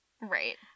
Right